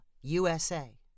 USA